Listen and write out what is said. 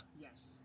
Yes